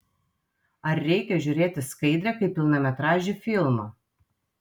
ar reikia žiūrėti skaidrę kaip pilnametražį filmą